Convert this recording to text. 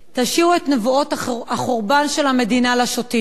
תשאירו את נבואות החורבן של המדינה לשוטים.